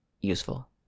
useful